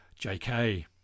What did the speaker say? JK